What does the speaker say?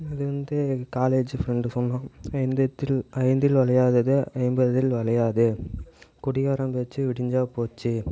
இது வந்து எங்கள் காலேஜு ஃப்ரெண்டு சொன்னான் எந்த திரு ஐந்தில் வளையாதது ஐம்பதில் வளையாது குடிகாரன் பேச்சு விடிஞ்சால் போச்சு